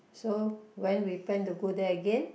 so when we plan to go there again